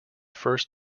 first